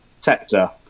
sector